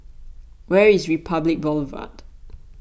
where is Republic Boulevard